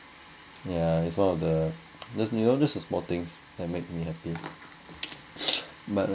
yeah it's one of the those you know this the small things that makes me happy